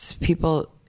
People